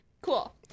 Cool